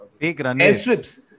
airstrips